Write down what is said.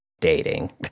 dating